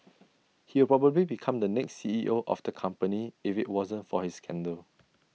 he will probably become the next C E O of the company if IT wasn't for his scandal